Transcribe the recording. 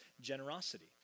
generosity